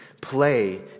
play